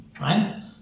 right